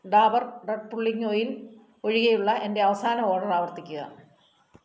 Dabur red pulling oil ഒഴികെയുള്ള എന്റെ അവസാന ഓർഡർ ആവർത്തിക്കുക